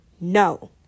no